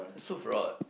it's too broad